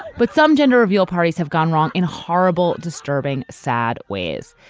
but some gender reveal parties have gone wrong in horrible disturbing sad ways.